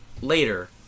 later